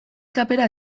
kapera